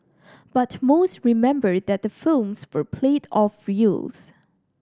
but most remember that the films were played off reels